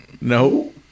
No